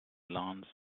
lawns